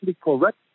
correct